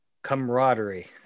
camaraderie